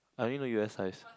I only know u_s size